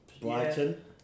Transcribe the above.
Brighton